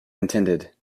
intended